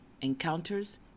encounters